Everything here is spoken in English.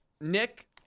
Nick